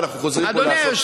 ואנחנו חוזרים פה לעשות סדר.